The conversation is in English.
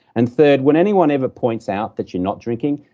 and third, when anyone ever points out that you're not drinking,